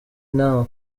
nama